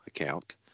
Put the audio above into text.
account